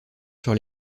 sur